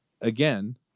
again